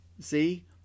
see